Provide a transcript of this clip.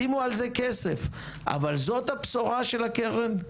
שימו על זה כסף אבל זו הבשורה של הקרן?